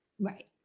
Right